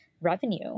revenue